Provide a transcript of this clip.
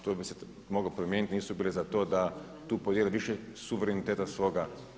To bi se moglo promijeniti, nisu bile za to da tu podijele više suvereniteta svoga.